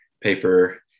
paper